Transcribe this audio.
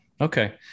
Okay